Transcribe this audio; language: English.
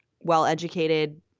well-educated